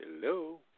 Hello